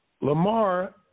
Lamar